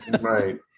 Right